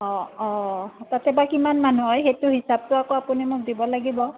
অ অ তাতে বা কিমান মানুহ হয় সেইটো হিচাপটো আকৌ আপুনি মোক দিব লাগিব